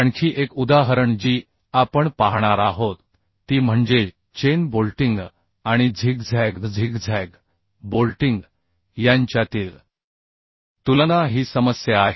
आणखी एक उदाहरण जी आपण पाहणार आहोत ती म्हणजे चेन बोल्टिंग आणि झिगझॅग बोल्टिंग यांच्यातील तुलना ही समस्या आहे